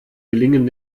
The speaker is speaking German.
gelingen